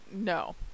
no